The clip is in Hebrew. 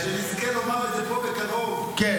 שנזכה לומר את זה פה בקרוב, בעזרת השם.